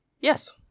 Yes